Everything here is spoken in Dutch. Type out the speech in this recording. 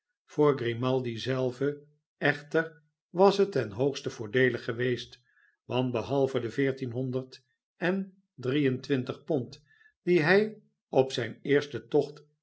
voor grimaldi zelven echter was het ten hoogste voordeelig geweest want behalve de veertien honderd en drie en twintig pond die hij op zijn eersten tocht